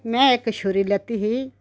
में इक छूरी लैती ही